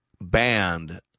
banned